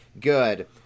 Good